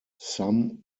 some